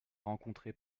rencontré